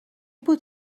بود